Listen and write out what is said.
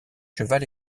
cheval